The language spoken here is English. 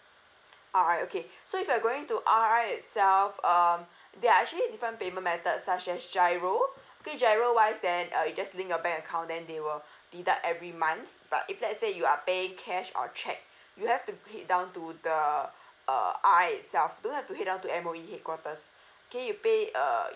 R_I okay so if you're going to R_I itself um there are actually different payment methods such as giro okay giro wise then uh you just link your bank account then they will deduct every month but if let's say you are paying cash or cheque you have to head down to the uh I itself don't have to head down to M_O_E headquarters okay you pay uh